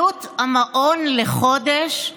עלות המעון לחודש: